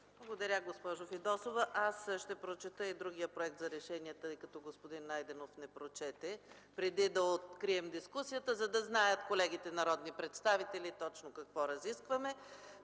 Благодаря, госпожо Фидосова. Аз ще прочета и другия проект за решение, тъй като господин Найденов не го прочете, преди да открием дискусията, за да знаят колегите народни представители точно какво разискваме.